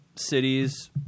cities